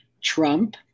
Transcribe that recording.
Trump